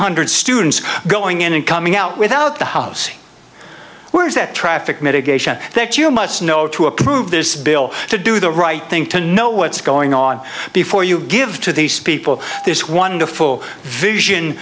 hundred students going in and coming out without the house where is that traffic mitigation that you must know to approve this bill to do the right thing to know what's going on before you give to these people this wonderful vision